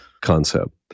concept